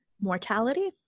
mortality